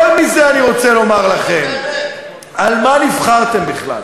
יותר מזה אני רוצה לומר לכם, על מה נבחרתם בכלל?